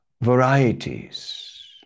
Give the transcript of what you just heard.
varieties